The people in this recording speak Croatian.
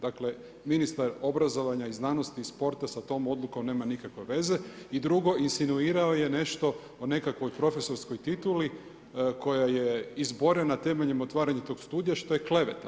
Dakle, ministar obrazovanja i znanosti i sporta sa tom odlukom nema nikakve veze i drugo insinuirao je nešto o nekakvoj profesorskoj tituli, koja je izborena temeljem otvaranje tog studija, što je kleveta.